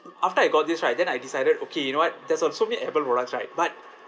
after I got this right then I decided okay you know what there's also many apple products right but